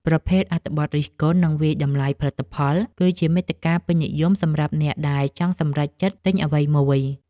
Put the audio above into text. ប្រភេទអត្ថបទរិះគន់ និងវាយតម្លៃផលិតផល គឺជាមាតិកាពេញនិយមសម្រាប់អ្នកដែលចង់សម្រេចចិត្តទិញអ្វីមួយ។